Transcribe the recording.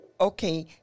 Okay